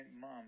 mom